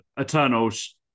Eternals